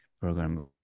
program